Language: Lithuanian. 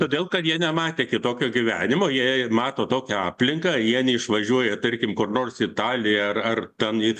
todėl kad jie nematė kitokio gyvenimo jei mato tokią aplinką jie neišvažiuoja tarkim kur nors italiją ar ar ten į